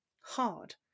Hard